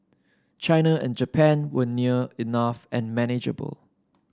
China and Japan were near enough and manageable